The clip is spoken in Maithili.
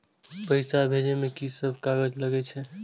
पैसा भेजे में की सब कागज लगे छै?